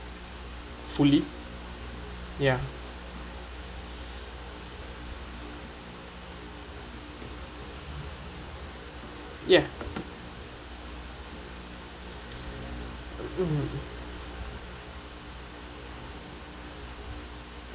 fully ya ya